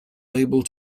able